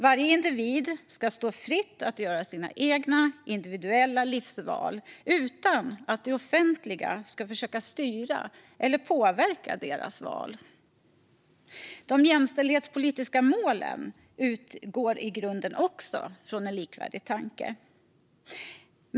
Varje individ ska stå fri att göra sina egna individuella livsval utan att det offentliga ska försöka styra eller påverka. De jämställdhetspolitiska målen utgår i grunden också från en likvärdig tanke.